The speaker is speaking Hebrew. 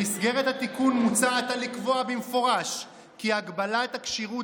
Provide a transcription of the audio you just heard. במסגרת התיקון מוצע עתה לקבוע במפורש כי ההגבלה של הכשירות